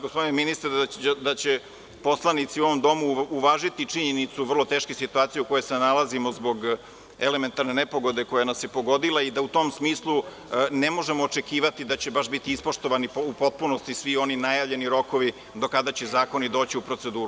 Gospodine ministre, podrazumeva se da će poslanici u ovom domu uvažiti činjenicu vrlo teške situacije u kojoj se nalazimo zbog elementarne nepogode koja nas je pogodila i da u tom smislu ne možemo očekivati da će baš biti ispoštovani u potpunosti svi oni najavljeni rokovi do kada će zakoni doći u proceduru.